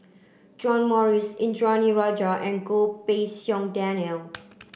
John Morrice Indranee Rajah and Goh Pei Siong Daniel